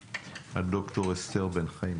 ד"ר אסתר בן חיים,